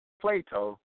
Plato